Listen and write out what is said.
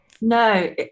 No